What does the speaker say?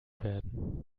werden